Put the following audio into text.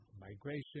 migration